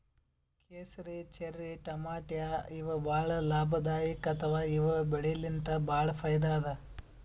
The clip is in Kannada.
ಕೇಸರಿ, ಚೆರ್ರಿ ಟಮಾಟ್ಯಾ ಇವ್ ಭಾಳ್ ಲಾಭದಾಯಿಕ್ ಅಥವಾ ಇವ್ ಬೆಳಿಲಿನ್ತ್ ಭಾಳ್ ಫೈದಾ ಅದಾ